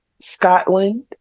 Scotland